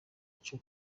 cyo